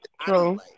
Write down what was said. true